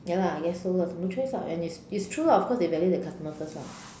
ya lah I guess so lah no choice [what] when it's it's true lah of course they value the customer first lah